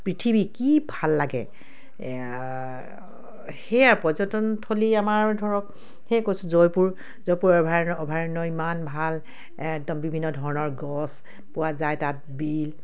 পৃথিৱী কি ভাল লাগে সেয়া পৰ্যটনস্থলী আমাৰ ধৰক সেয়ে কৈছোঁ জয়পুৰ জয়পুৰ অভয়াৰণ্য ইমান ভাল একদম বিভিন্ন ধৰণৰ গছ পোৱা যায় তাত বিল